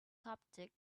coptic